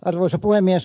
arvoisa puhemies